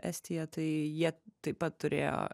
estija tai jie taip pat turėjo